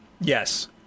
Yes